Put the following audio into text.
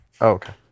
Okay